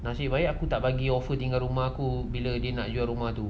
nasib baik aku tak bagi offer tinggal rumah bila dia nak jual rumah itu